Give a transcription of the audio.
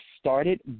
started